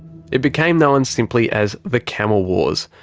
it became known simply as the camel wars,